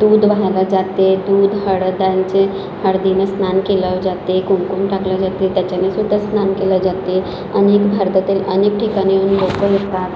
दुध वाहिले जाते दुध हळदीचे हळदीनं स्नान केलं जाते कुमकुम टाकले जाते त्याच्यानेसुद्धा स्नान केलं जाते अनेक भारतातील अनेक ठिकाणाहून लोकं येतात